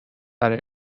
برای